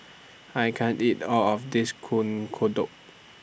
I can't eat All of This Kuih Kodok